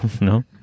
No